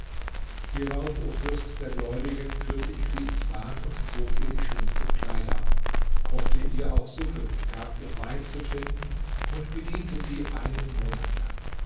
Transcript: hierauf o fürst der gläubigen führte ich sie ins bad und zog ihr die schönsten kleider an kochte ihr auch suppe gab ihr wein zu trinken und bediente sie einen monat lang